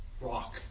rock